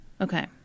Okay